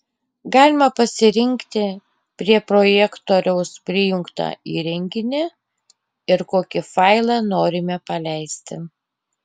galima pasirinkti prie projektoriaus prijungtą įrenginį ir kokį failą norime paleisti